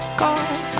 god